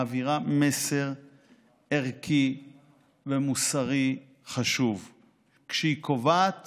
מעבירה מסר ערכי ומוסרי חשוב כשהיא קובעת